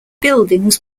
buildings